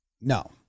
No